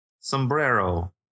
Sombrero